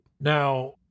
Now